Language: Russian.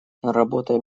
работая